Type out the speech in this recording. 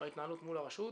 מוטרד מההתנהלות מול הרשות,